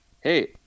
hey